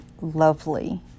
lovely